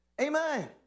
amen